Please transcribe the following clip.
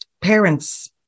parents